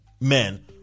men